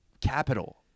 capital